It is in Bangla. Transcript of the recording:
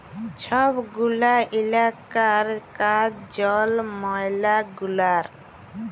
ছব গুলা ইলাকার কাজ জল, ময়লা গুলার